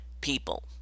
people